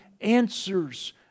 answers